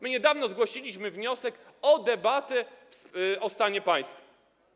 My niedawno zgłosiliśmy wniosek o debatę o stanie państwa.